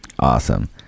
awesome